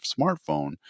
smartphone